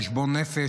של חשבון נפש,